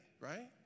Right